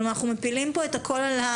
כלומר, אנחנו מפילים פה את הכול עליהם,